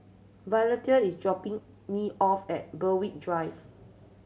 Violeta is dropping me off at Berwick Drive